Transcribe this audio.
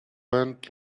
went